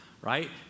right